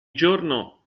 giorno